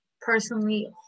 personally